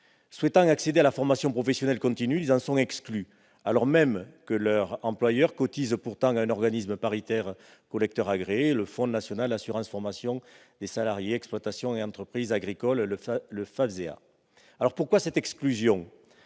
souhaitent accéder à la formation professionnelle continue, mais ils en sont exclus, alors même que leurs employeurs cotisent à un organisme paritaire collecteur agréé : le Fonds national d'assurance formation des salariés des exploitations et entreprises agricoles, le FAFSEA. Cette exclusion